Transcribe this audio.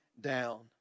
down